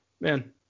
Man